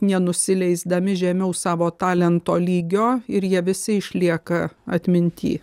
nenusileisdami žemiau savo talento lygio ir jie visi išlieka atminty